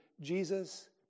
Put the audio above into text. Jesus